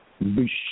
Bush